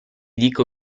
dico